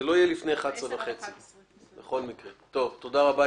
הדיון לא יתקיים לפני 11:30. תודה רבה.